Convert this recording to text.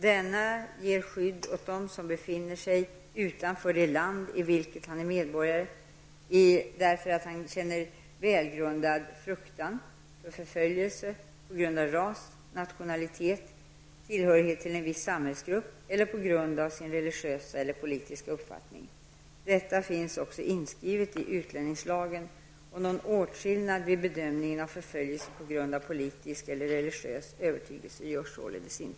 Denna ger skydd åt den som befinner sig utanför det land i vilket han är medborgare därför att han känner välgrundad frukan för förföljelse på grund av sin ras, nationalitet, tillhörighet till en viss samhällsgrupp eller på grund av sin religiösa eller politiska uppfattning. Detta finns också inskrivet i utlänningslagen. Någon åtskillnad vid bedömningen av förföljelse på grund av politisk eller religiös övertygelse görs således inte.